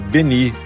Benny